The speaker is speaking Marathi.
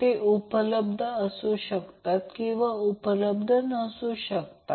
ते उपलब्ध असू शकतात किंवा उपलब्ध नसू शकतात